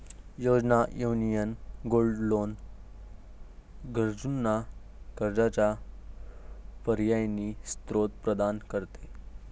योजना, union gold loan गरजूंना कर्जाचा पर्यायी स्त्रोत प्रदान करते